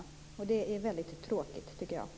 Jag tycker att det är väldigt tråkigt.